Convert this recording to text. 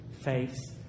face